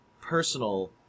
personal